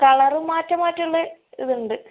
colour മാറ്റി മാറ്റിയുള്ള ഇതുണ്ട്